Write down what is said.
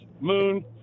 Moon